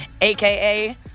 aka